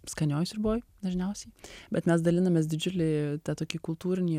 skanioj sriuboj dažniausiai bet mes dalinamės didžiulį tą tokį kultūrinį